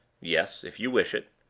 yes, if you wish it.